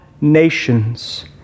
nations